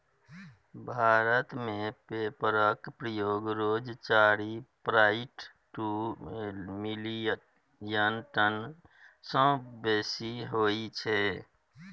भारत मे पेपरक प्रयोग रोज चारि पांइट दु मिलियन टन सँ बेसी होइ छै